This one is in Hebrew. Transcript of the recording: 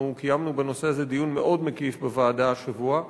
אנחנו קיימנו בנושא הזה דיון מאוד מקיף בוועדה השבוע.